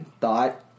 thought